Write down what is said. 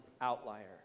outlier